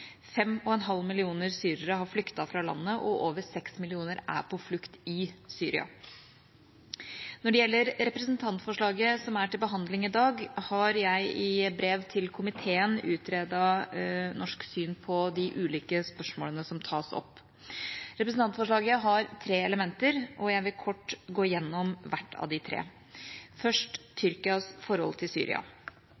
5,5 millioner syrere har flyktet fra landet, og over 6 millioner er på flukt i Syria. Når det gjelder representantforslaget som er til behandling i dag, har jeg i brev til komiteen utredet norsk syn på de ulike spørsmålene som tas opp. Representantforslaget har tre elementer, og jeg vil kort gå igjennom hvert av de tre. Først